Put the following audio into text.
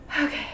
okay